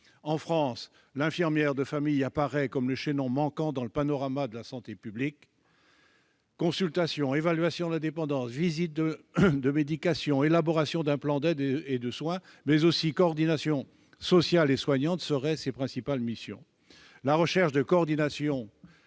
En France, l'infirmière de famille apparaît comme le chaînon manquant dans le panorama de la santé publique. Consultation, évaluation de la dépendance, visite de médication, élaboration d'un plan d'aide et de soins, mais aussi coordination sociale et soignante : telles seraient les principales missions de l'infirmière référente.